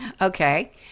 okay